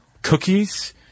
Cookies